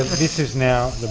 this is now the